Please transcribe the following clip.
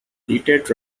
heated